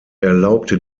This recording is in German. erlaubte